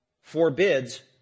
forbids